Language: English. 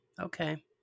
Okay